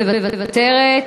מוותרת.